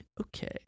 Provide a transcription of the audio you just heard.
okay